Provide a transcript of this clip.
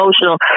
emotional